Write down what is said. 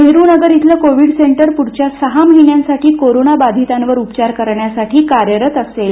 नेहरूनगर इथलं Covid centre पुढच्या सहा महिन्यांसाठी कोरोना बाधितांवर उपचार करण्यासाठी कार्यरत असेल